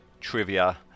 trivia